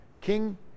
King